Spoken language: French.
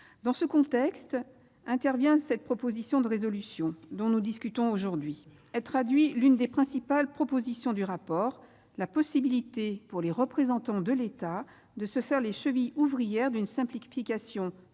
dans ce contexte qu'intervient la proposition de résolution dont nous discutons aujourd'hui. Elle traduit l'une des principales propositions du rapport : la possibilité pour les représentants de l'État de se faire les chevilles ouvrières d'une simplification flexible